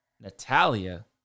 Natalia